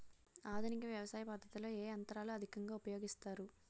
ఆధునిక వ్యవసయ పద్ధతిలో ఏ ఏ యంత్రాలు అధికంగా ఉపయోగిస్తారు?